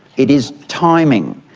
it is timing,